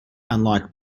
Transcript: unlike